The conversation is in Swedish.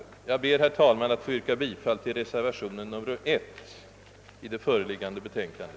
Jag ber, herr talman, att få yrka bifall till reservationen 1 i föreliggande betänkande.